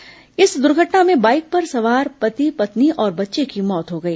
हस दुर्घटना में बाइक पर सवार पति पत्नी और बच्चे की मौत हो गई